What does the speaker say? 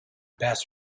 best